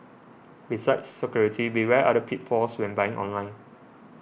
besides security beware other pitfalls when buying online